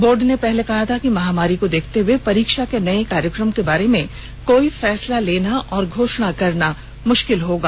board ने पहले कहा था कि महामारी को देखते हुए परीक्षा के नये कार्यक्रम के बारे में कोई फैसला लेना और घोषणा करना मुश्किल होगा